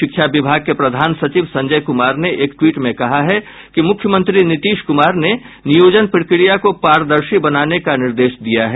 शिक्षा विभाग के प्रधान सचिव संजय कुमार ने एक ट्वीट में कहा है कि मुख्यमंत्री नीतीश क्रामार ने नियोजन प्रक्रिया को पारदर्शी बनाने का निर्देश दिया है